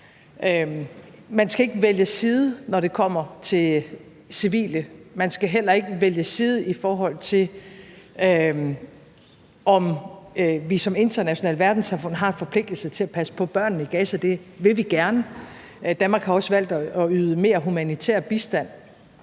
Man skal ikke vælge side, når det kommer til civile. Man skal heller ikke vælge side, i forhold til om vi som internationalt verdenssamfund har en forpligtelse til at passe på børnene i Gaza, for det vil vi gerne. Danmark har også valgt at yde mere humanitær bistand,